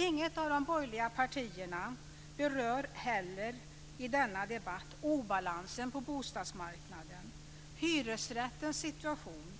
Inget av de borgerliga partierna berör heller i denna debatt obalansen på bostadsmarknaden, hyresrättens situation